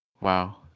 wow